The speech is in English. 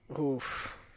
Oof